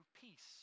peace